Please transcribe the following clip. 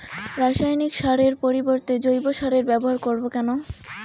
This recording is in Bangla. রাসায়নিক সারের পরিবর্তে জৈব সারের ব্যবহার করব কেন?